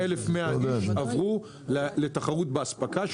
1,100-1,080 אנשים עברו לתחרות באספקה,